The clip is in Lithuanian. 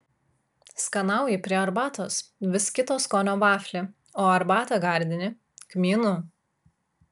skanauji prie arbatos vis kito skonio vaflį o arbatą gardini kmynu